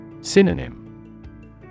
Synonym